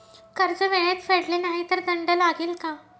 कर्ज वेळेत फेडले नाही तर दंड लागेल का?